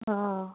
অঁ